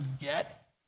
get